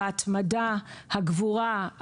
הגבורה,